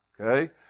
Okay